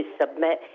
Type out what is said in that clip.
submit